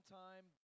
time